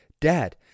Dad